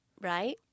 Right